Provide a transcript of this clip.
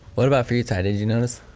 what about for you ty? did you notice?